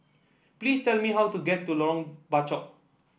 please tell me how to get to Lorong Bachok